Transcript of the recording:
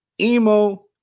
Emo